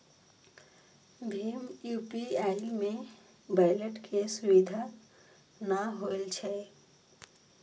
भीम UPI मे wallet के सुविधा नै होइ छै